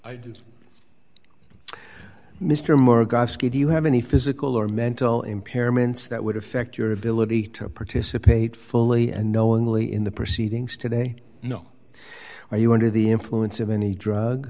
gasket do you have any physical or mental impairments that would affect your ability to participate fully and knowingly in the proceedings today no are you under the influence of any drug